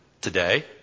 today